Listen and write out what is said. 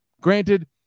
granted